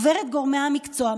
עובר את גורמי המקצוע,